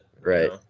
right